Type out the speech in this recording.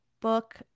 book